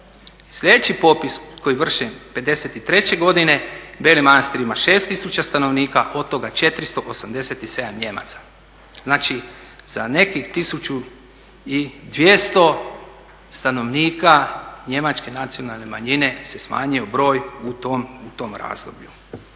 Slijedeći popis koji je vršen '53. godine, … ima 6 tisuća stanovnika od toga 487 Nijemaca. Znači, za nekih 1200 stanovnika njemačke nacionalne manjine se smanjio broj u tom razdoblju.